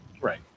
Right